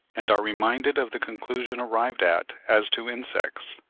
and are reminded of the conclusion arrived at as to insects.